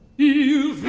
you